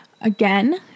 Again